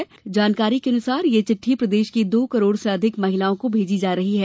एक अधिकारिक जानकारी के अनुसार यह चिटठी प्रदेश की दो करोड़ सें अधिक महिलाओं को भेजी जा रही है